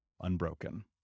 unbroken